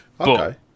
okay